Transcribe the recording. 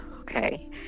okay